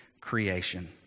creation